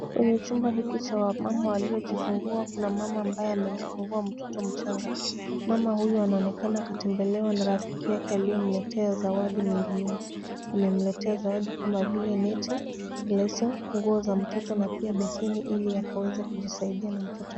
Kwenye chumba hiki cha wamama waliojifungua kuna mama ambaye amejifungua mtoto mchanga. Mama huyu anaonekana katembelewa na rafiki yake aliyemletea zawadi mingi mingi. Alimletea zawadi kama vile neti, leso, nguo za mtoto na pia beseni ili akaweze kujisaidia na mtoto.